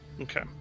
okay